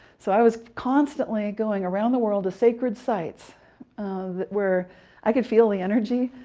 so i was constantly going around the world to sacred sites where i could feel the energy,